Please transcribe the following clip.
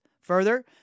Further